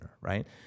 right